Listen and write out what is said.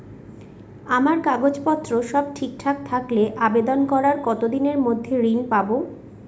আমার কাগজ পত্র সব ঠিকঠাক থাকলে আবেদন করার কতদিনের মধ্যে ঋণ পাব?